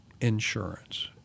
insurance